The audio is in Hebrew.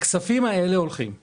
הכספים האלה הולכים להייטק,